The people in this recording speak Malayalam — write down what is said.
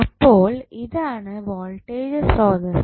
അപ്പോൾ ഇതാണ് വോൾടേജ് സ്രോതസ്സ്